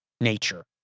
nature